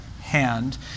hand